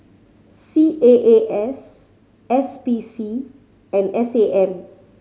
C A A S S P C and S A M